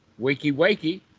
wakey-wakey